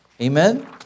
Amen